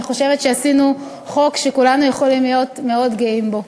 אני חושבת שעשינו חוק שכולנו יכולים להיות מאוד גאים בו.